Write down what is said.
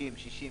60 שקל,